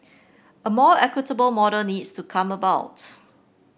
a more equitable model needs to come about